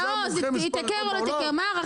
מהי